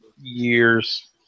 years